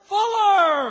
Fuller